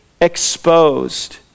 exposed